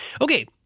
okay